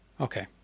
okay